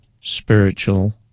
spiritual